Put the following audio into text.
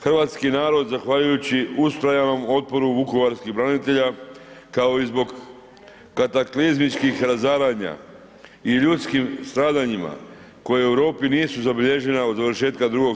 Hrvatski narod zahvaljujući ... otporu vukovarskih branitelja, kao i zbog kataklizmičkih razaranja i ljudskim stradanjima koje u Europi nisu zabilježena od dovršetka II.